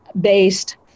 based